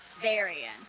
variant